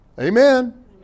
Amen